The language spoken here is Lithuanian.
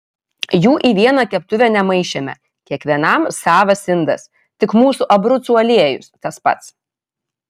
jų į vieną keptuvę nemaišėme kiekvienam savas indas tik mūsų abrucų aliejus tas pats